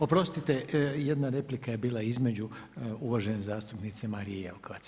Oprostite, jedna replika je bila između uvažene zastupnice Marije Jelkovac.